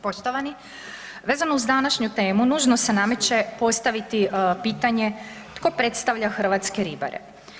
Poštovani, vezano uz današnju temu nužno se nameće postaviti pitanje tko predstavlja hrvatske ribare?